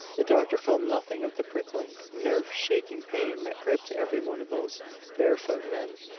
the doctor felt nothing of the prickling, nerve-shaking pain that gripped every one of those barefoot men.